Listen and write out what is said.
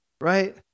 right